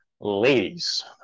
ladies